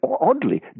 oddly